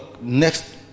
next